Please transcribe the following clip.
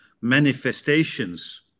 manifestations